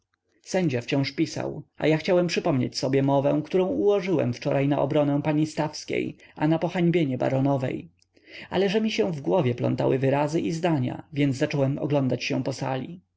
sędzia wciąż pisał a ja chciałem przypomnieć sobie mowę którą ułożyłem wczoraj na obronę pani stawskiej a na pohańbienie baronowej ale że mi się w głowie plątały wyrazy i zdania więc zacząłem oglądać się po sali